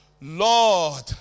Lord